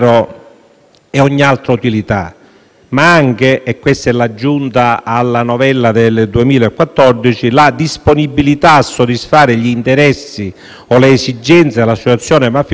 ma anche - e questa è l'aggiunta alla novella del 2014 - la disponibilità a soddisfare gli interessi o le esigenze dell'associazione mafiosa per come recita il novellato